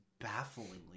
bafflingly